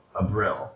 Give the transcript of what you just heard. Abril